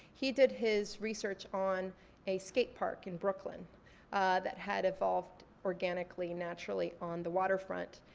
he did his research on a skate park in brooklyn that had evolved organically, naturally, on the waterfront.